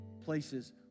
places